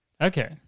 Okay